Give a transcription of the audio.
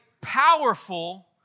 powerful